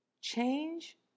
Change